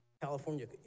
California